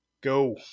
Go